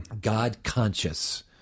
God-conscious